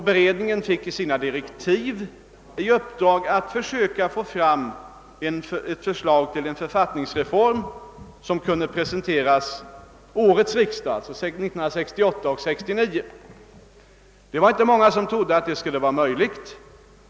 Beredningen fick i sina direktiv i uppdrag att försöka framlägga ett förslag till en författningsreform som kunde presenteras 1968 och 1969 års riksdagar. Det var inte många som trodde att det skulle vara möjligt.